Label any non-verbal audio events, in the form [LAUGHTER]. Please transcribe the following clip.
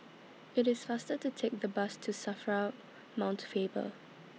[NOISE] IT IS faster to Take The Bus to SAFRA Mount Faber